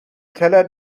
teller